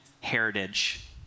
heritage